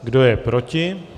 Kdo je proti?